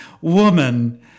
woman